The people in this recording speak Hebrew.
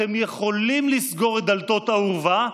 אתם יכולים לסגור את דלתות האורווה,